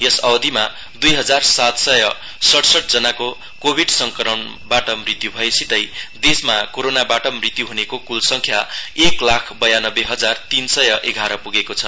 यस अवधिमा दुई हजार सात सय सढ़सटजनाको कोभिड संक्रमणबाट मृत्यु भएसितै देशमा कोरोनाबाट मृत्यु हुनेको कुल संख्या एक लाख बयानब्बे हजार तीन सय एघार पुगेको छ